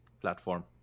platform